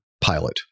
pilot